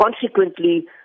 consequently